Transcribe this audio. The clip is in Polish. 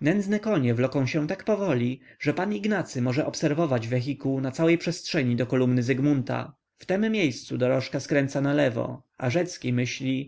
nędzne konie wloką się tak powoli że pan ignacy może obserwować wehikuł na całej przestrzeni do kolumny zygmunta w tem miejscu dorożka skręca nalewo a rzecki myśli